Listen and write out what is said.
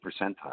percentile